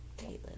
Caitlyn